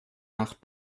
nach